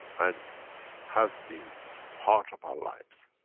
and has been part of our lives.